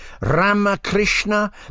Ramakrishna